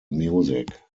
music